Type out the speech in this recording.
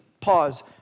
Pause